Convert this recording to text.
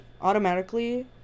automatically